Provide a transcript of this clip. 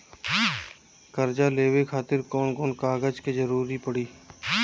कर्जा लेवे खातिर कौन कौन कागज के जरूरी पड़ी?